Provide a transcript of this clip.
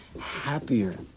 happier